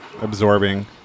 Absorbing